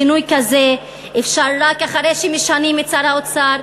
שינוי כזה אפשרי רק אחרי שמשנים את שר האוצר,